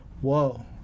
whoa